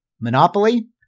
Monopoly